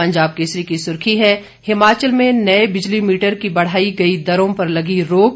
पंजाब केसरी की सुर्खी है हिमाचल में नए बिजली मीटर की बढ़ाई गई दरों पर लगी रोक